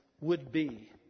would-be